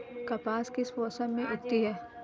कपास किस मौसम में उगती है?